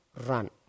run